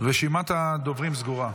רשימת הדוברים סגורה.